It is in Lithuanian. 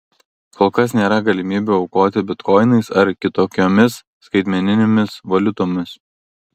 kol kas nėra galimybių aukoti bitkoinais ar kitokiomis skaitmeninėmis valiutomis